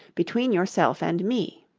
between yourself and me